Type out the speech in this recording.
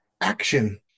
Action